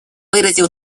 выразил